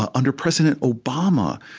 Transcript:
ah under president obama,